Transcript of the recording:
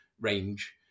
range